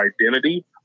identity